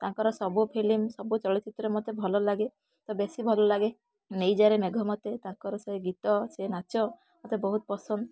ତାଙ୍କର ସବୁ ଫିଲ୍ମ ସବୁ ଚଳଚ୍ଚିତ୍ର ମୋତେ ବହୁତ ଭଲ ଲାଗେ ତ ବେଶୀ ଭଲ ଲାଗେ ନେଇଯାରେ ମେଘ ମତେ ତାଙ୍କର ସେଇ ଗୀତ ସେ ନାଚ ମୋତେ ବହୁତ ପସନ୍ଦ